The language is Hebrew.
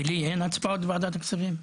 ולי אין הצבעות בוועדת הכספים?